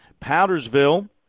Powdersville